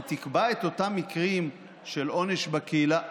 היא תקבע את אותם מקרים של עונש בקהילה,